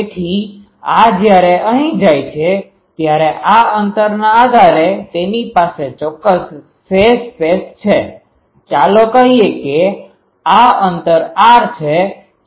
તેથી આ જ્યારે અહીં જાય છે ત્યારે આ અંતરના આધારે તેની પાસે ચોક્કસ ફેઝ સ્પેસ છે ચાલો કહીએ કે આ અંતર r છે